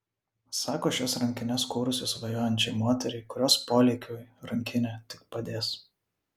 sako šias rankines kūrusi svajojančiai moteriai kurios polėkiui rankinė tik padės